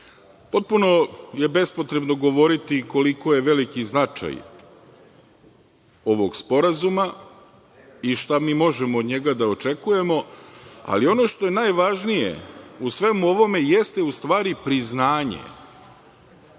Potpuno je bespotrebno govoriti koliko je veliki značaj ovog sporazuma i šta mi možemo od njega da očekujemo, ali ono što je najvažnije u svemu ovome jeste u stvari priznanje